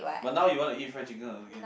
but now you want to eat fried chicken again